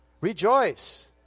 Rejoice